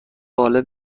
باله